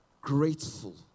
grateful